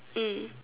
mm